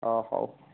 ହଉ